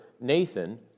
Nathan